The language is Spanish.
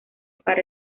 para